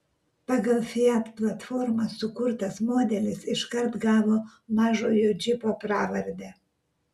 pagal fiat platformą sukurtas modelis iškart gavo mažojo džipo pravardę